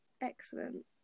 Excellent